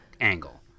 angle